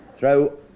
Throw